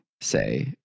say